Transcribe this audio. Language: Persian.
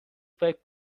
فکر